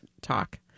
talk